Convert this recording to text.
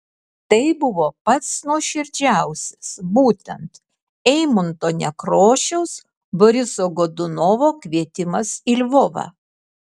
tai buvo pats nuoširdžiausias būtent eimunto nekrošiaus boriso godunovo kvietimas į lvovą